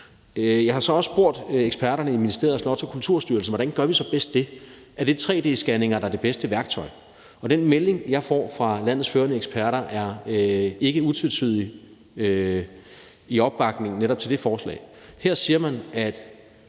Jeg har også spurgt eksperterne i ministeriet og Slots- og Kulturstyrelsen, hvordan vi så bedst gør det. Er det tre-d-scanninger, der er det bedste værktøj? Og den melding, jeg får fra landets førende eksperter, er ikke utvetydige i opbakningen til netop det forslag. Her siger man, at